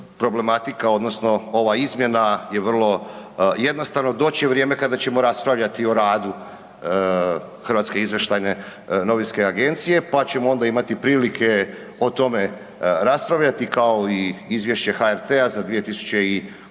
Problematike odnosno ova izmjena je vrlo jednostavna, doći će vrijeme kada ćemo raspravljati o radu HINA-e pa ćemo onda imati prilike o tome raspravljati kao i izvješće HRT-a za 2019.